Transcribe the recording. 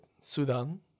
Sudan